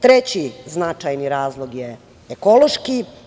Treći značajni razlog je ekološki.